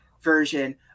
version